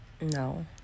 No